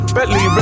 Bentley